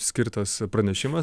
skirtas pranešimas